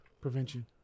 prevention